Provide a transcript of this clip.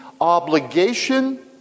obligation